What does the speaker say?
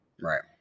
Right